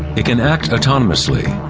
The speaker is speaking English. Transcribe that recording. it can act autonomously,